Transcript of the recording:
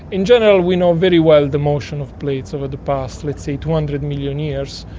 in general we know very well the motion of plates over the past, let's say, two hundred million years.